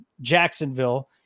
jacksonville